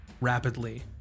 rapidly